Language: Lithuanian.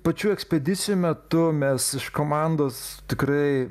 pačių ekspedisijų metu mes iš komandos tikrai